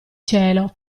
cielo